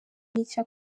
n’icyo